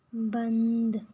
बंद